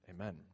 Amen